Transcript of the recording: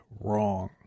wrong